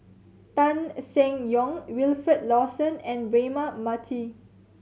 Tan Seng Yong Wilfed Lawson and Braema Mathi